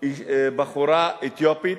בחורה אתיופית,